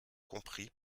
compris